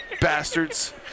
bastards